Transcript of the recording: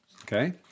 Okay